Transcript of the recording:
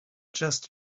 just